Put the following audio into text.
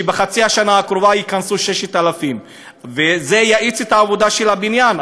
כשבחצי השנה הקרובה ייכנסו 6,000. זה יאיץ את העבודה של הבניין,